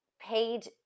paid